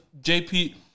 JP